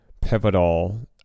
pivotal